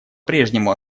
прежнему